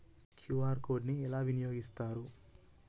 QR code ని ఎలా వినియోగిస్తారు?